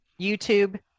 youtube